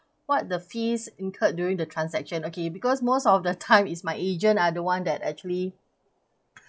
what the fees incurred during the transaction okay because most of the time is my agent are the one that actually